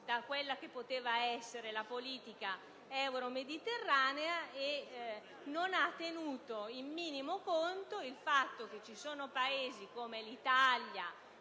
da quella che poteva essere la politica euromediterranea, senza tenere in minimo conto il fatto che ci sono Paesi come l'Italia,